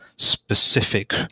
specific